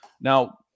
Now